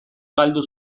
galdu